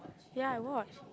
ya I watch